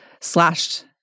slashed